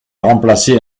remplacé